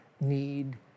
need